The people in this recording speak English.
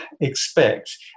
expect